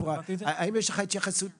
ראיתי את הצעת החוק.